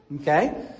okay